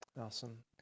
Awesome